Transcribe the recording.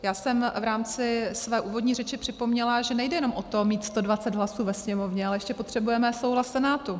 Já jsem v rámci své úvodní řeči připomněla, že nejde jenom o to mít 120 hlasů ve Sněmovně, ale ještě potřebujeme souhlas Senátu.